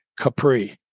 Capri